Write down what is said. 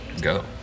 go